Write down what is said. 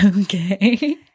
okay